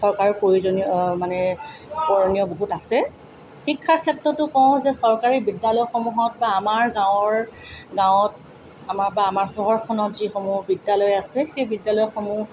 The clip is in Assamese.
চৰকাৰৰ প্ৰয়োজনীয় মানে কৰণীয় বহুত আছে শিক্ষাৰ ক্ষেত্ৰতো কওঁ যে চৰকাৰী বিদ্যালয়সমূহত বা আমাৰ গাঁৱৰ গাঁৱত আমাৰ বা আমাৰ চহৰখনত যিসমূহ বিদ্যালয় আছে সেই বিদ্যালয়সমূহ